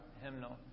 hymnal